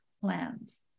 plans